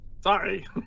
Sorry